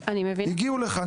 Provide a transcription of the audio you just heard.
הגיעו לכאן,